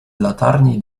latarni